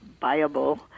viable